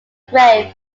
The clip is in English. grave